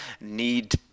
need